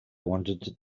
wanted